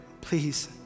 please